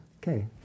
Okay